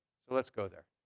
so let's go there.